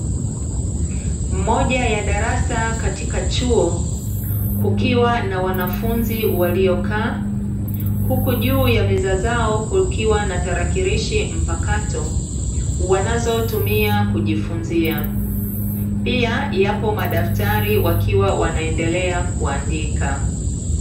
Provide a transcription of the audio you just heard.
Moja ya darasa katika chuo, kukiwa na wanafunzi waliokaa, huku juu ya meza zao kukiwa na tarakilishi mpakato, wanazotumia kujifunzia. Pia, yapo madaftari wakiwa wanaendelea kuandika.